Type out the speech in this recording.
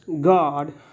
God